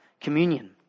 communion